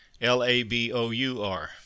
L-A-B-O-U-R